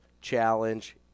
challenge